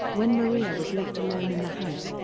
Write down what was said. when maria was left alone in the house,